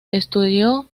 estudió